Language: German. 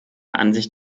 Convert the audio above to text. ansicht